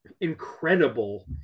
incredible